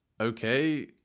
okay